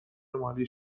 مالی